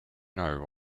know